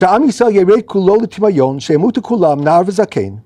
‫תעמיס על ירק כולו לתמיון ‫שאמור תכולם נער וזקן.